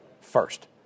first